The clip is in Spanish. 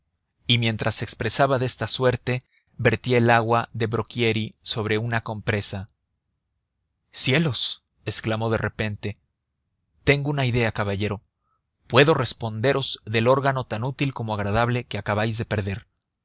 y mientras se expresaba de esta suerte vertía el agua de brocchieri sobre una compresa cielos exclamó de repente tengo una idea caballero puedo responderos del órgano tan útil como agradable que acabáis de perder